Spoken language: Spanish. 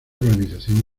urbanización